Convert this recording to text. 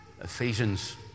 Ephesians